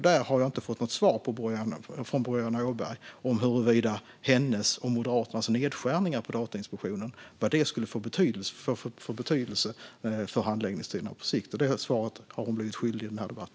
Jag har inte fått något svar från Boriana Åberg om vad hennes och Moderaternas nedskärningar på Datainspektionen skulle få för betydelse för handläggningstiderna på sikt. Det svaret har hon blivit skyldig i denna debatt.